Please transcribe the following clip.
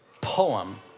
poem